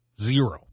Zero